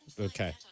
Okay